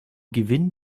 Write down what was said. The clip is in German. gewinn